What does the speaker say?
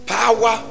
power